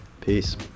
Peace